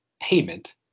payment